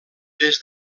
des